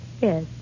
Yes